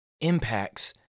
impacts